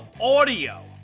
audio